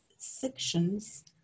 sections